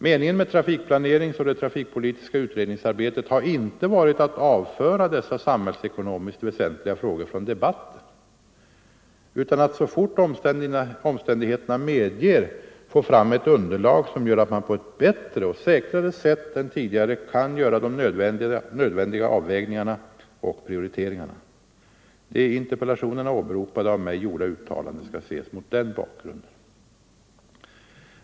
Meningen med trafikplaneringsarbetet och det trafikpolitiska utredningsarbetet har inte varit att avföra dessa samhällsekonomiskt väsentliga frågor från debatten, utan att så fort omständigheterna medger få fram ett underlag, som gör att man på ett bättre och säkrare sätt än tidigare kan göra de nödvändiga avvägningarna och prioriteringarna. Det i interpellationerna åberopade, av mig gjorda uttalandet skall ses mot den bakgrunden.